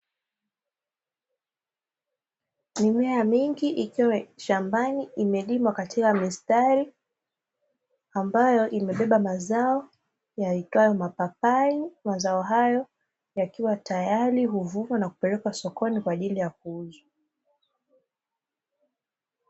Mimea mingi ikiwa shambani, imelimwa katika mistari ambayo imebeba mazao yaitwayo mapapai, mazao hayo yakiwa tayari, huvunwa na kupelekwa sokoni kwa ajili ya kuuzwa.